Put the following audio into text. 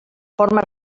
forma